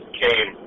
came